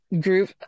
group